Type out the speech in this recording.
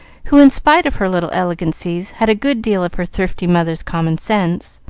who, in spite of her little elegancies, had a good deal of her thrifty mother's common sense.